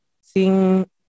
sing